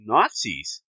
Nazis